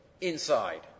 inside